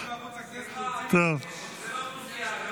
זו לא כנופיה.